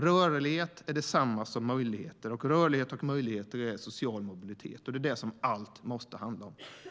Rörlighet är detsamma som möjligheter. Rörlighet och möjligheter är social mobilitet. Det är det som allt måste handla om.